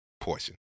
portion